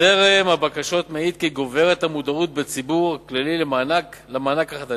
זרם הבקשות מעיד כי גוברת המודעות בציבור למענק החדש,